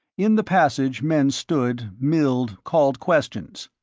in the passage men stood, milled, called questions.